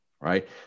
Right